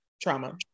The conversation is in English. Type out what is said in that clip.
Trauma